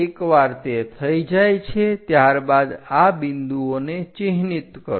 એકવાર તે થઈ જાય છે ત્યારબાદ આ બિંદુઓને ચિહ્નિત કરો